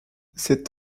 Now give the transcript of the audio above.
cet